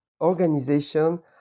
organization